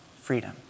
freedom